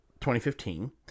2015